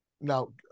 Now